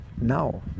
now